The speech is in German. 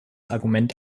argument